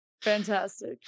Fantastic